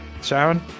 Sharon